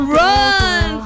run